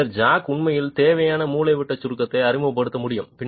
பின்னர் ஜாக் உண்மையில் தேவையான மூலைவிட்ட சுருக்கத்தை அறிமுகப்படுத்த முடியும்